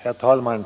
Herr talman!